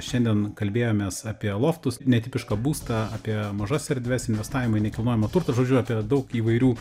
šiandien kalbėjomės apie loftus netipišką būstą apie mažas erdves investavimą į nekilnojamą turtą žodžiu apie daug įvairių